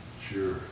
Sure